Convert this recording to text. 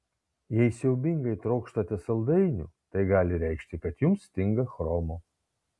jei siaubingai trokštate saldainių tai gali reikšti kad jums stinga chromo